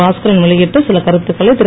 பாஸ்கரன் வெளியிட்ட சில கருத்துக்களை திரு